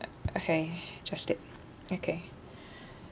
okay just take okay